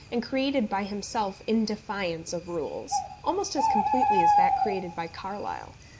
and created by himself in defiance of rules almost as completely as that created by carlyle.